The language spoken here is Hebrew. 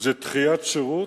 זה דחיית שירות.